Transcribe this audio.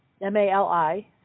M-A-L-I